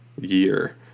year